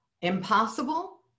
impossible